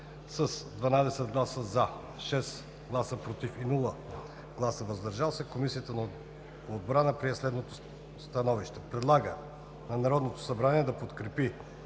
С 12 гласа „за“, 6 гласа „против“ и без „въздържал се“, Комисията по отбрана прие следното становище: Предлага на Народното събрание да подкрепи